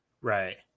Right